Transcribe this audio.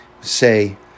say